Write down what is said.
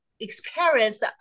experience